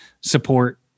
support